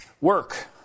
work